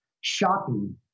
Shopping